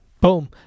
Boom